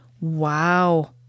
Wow